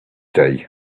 day